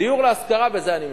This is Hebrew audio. דיור להשכרה, בזה אני מסיים.